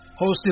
Hosted